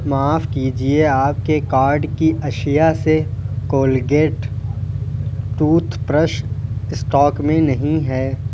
معاف کیجیے آپ کے کارٹ کی اشیاء سے کولگیٹ ٹوتھ برش اسٹاک میں نہیں ہے